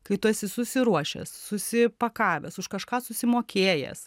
kai tu esi susiruošęs susipakavęs už kažką susimokėjęs